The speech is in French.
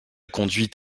conduit